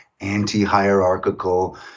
anti-hierarchical